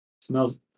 Smells